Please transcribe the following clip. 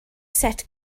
set